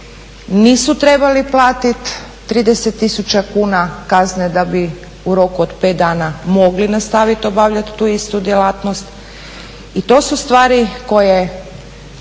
nisu trebali platiti 30 tisuća kuna kazne da bi u roku od pet dana mogli nastaviti obavljati tu istu djelatnost i to su stvari koje